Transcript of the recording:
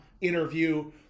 interview